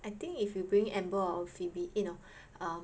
I think if you bring Amber or Phoebe eh no err